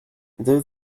though